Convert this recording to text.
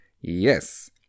yes